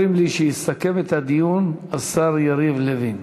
אומרים לי שיסכם את הדיון השר יריב לוין.